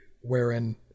wherein